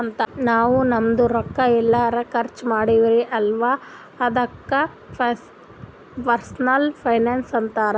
ನಾವ್ ನಮ್ದು ರೊಕ್ಕಾ ಎಲ್ಲರೆ ಖರ್ಚ ಮಾಡ್ತಿವಿ ಅಲ್ಲ ಅದುಕ್ನು ಪರ್ಸನಲ್ ಫೈನಾನ್ಸ್ ಅಂತಾರ್